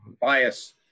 bias